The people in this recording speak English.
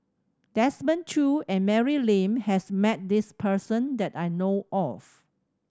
Desmond Choo and Mary Lim has met this person that I know of